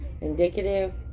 indicative